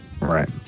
Right